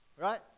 Right